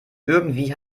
irgendwie